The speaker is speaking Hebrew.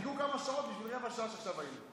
שידעו כמה שעות בשביל רבע שעה שעכשיו היינו.